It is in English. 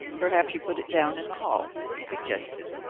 perhaps you put it down in the hall? he suggested.